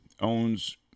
owns